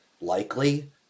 likely